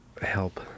help